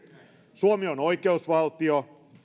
suomi on oikeusvaltio